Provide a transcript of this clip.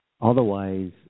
otherwise